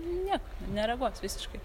ne nereaguos visiškai